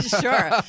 Sure